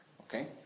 Okay